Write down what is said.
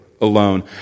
alone